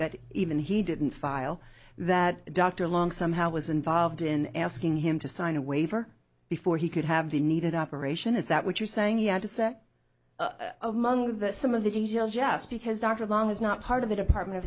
that even he didn't file that dr long somehow was involved in asking him to sign a waiver before he could have the needed operation is that what you're saying you have to say among some of the details just because dr long is not part of the department of